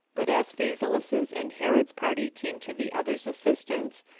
but as phasaelus's and herod's party came to the other's assistance,